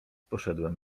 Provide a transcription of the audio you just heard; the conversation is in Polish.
poszedłem